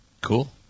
cool